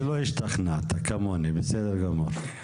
אז לא השתכנעת כמוני, בסדר גמור.